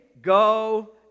go